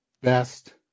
best